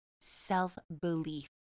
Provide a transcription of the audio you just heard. self-belief